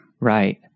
Right